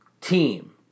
team